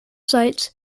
sights